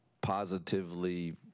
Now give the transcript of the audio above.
positively